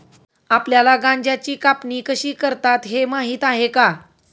आपल्याला गांजाची कापणी कशी करतात हे माहीत आहे का?